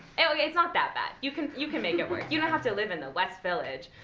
and it's not that bad. you can you can make it work. you don't have to live in the west village.